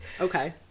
Okay